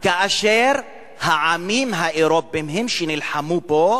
כאשר העמים האירופיים הם שנלחמו בו,